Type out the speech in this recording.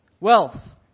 wealth